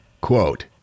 Quote